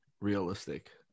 realistic